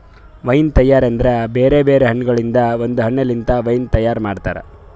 wine ತೈಯಾರಿ ಅಂದುರ್ ಬೇರೆ ಬೇರೆ ಹಣ್ಣಗೊಳ್ದಾಂದು ಒಂದ್ ಹಣ್ಣ ಲಿಂತ್ ವೈನ್ ತೈಯಾರ್ ಮಾಡ್ತಾರ್